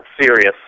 serious